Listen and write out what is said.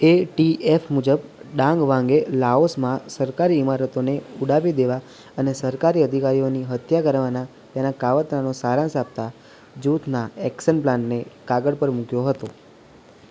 એ T F મુજબ Dang Vang લાઓસમાં સરકારી ઈમારતોને ઉડાવી દેવા અને સરકારી અધિકારીઓની હત્યા કરવાના તેનાં કાવતરાનો સારાંશ આપતાં જૂથના એક્સન પ્લાનને કાગળ પર મૂક્યો હતો